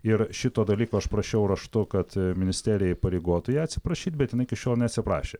ir šito dalyko aš prašiau raštu kad ministerija įpareigotų ją atsiprašyt bet jinai iki šiol neatsiprašė